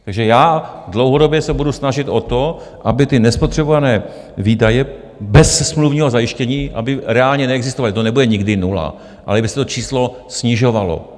Takže já se dlouhodobě budu snažit o to, aby ty nespotřebované výdaje bez smluvního zajištění reálně neexistovaly, to nebude nikdy nula, ale aby se to číslo snižovalo.